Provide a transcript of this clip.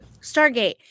Stargate